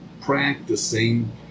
practicing